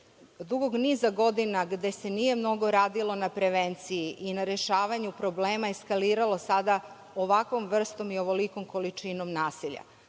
dugog niza godina, gde se nije mnogo radilo na prevenciji i na rešavanju problema eskaliralo sada ovakvom vrstom i ovolikom količinom nasilja.